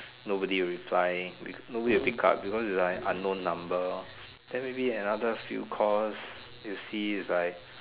nobody reply nobody will pick up because is an unknown number then maybe another few calls you see is like